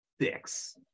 six